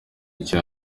icyo